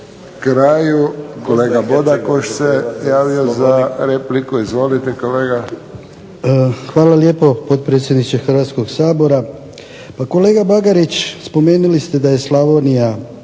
kraju. Kolega Bodakoš se javio za repliku. Izvolite kolega. **Bodakoš, Dragutin (SDP)** Hvala lijepo potpredsjedniče Hrvatskoga sabora. Pa kolega BAgarić spomenuli ste da Slavonija